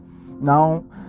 Now